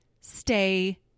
stay